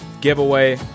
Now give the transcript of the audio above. giveaway